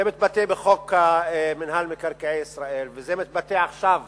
זה מתבטא עכשיו בחוק מינהל מקרקעי ישראל וזה מתבטא עכשיו